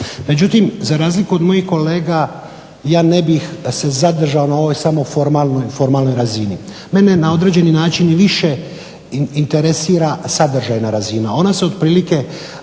Međutim za razliku od mojih kolega ja ne bih se zadržao na ovoj samo formalnoj razini. Mene na određeni način i više interesira sadržajna razina. Ona se otprilike